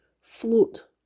float